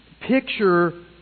picture